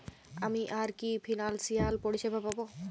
আমি আর কি কি ফিনান্সসিয়াল পরিষেবা পাব?